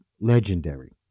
Legendary